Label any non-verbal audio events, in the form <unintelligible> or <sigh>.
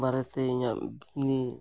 ᱵᱟᱨᱮᱛᱮ ᱤᱧᱟᱹᱜ <unintelligible>